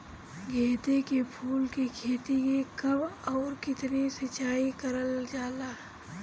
गेदे के फूल के खेती मे कब अउर कितनी सिचाई कइल जाला?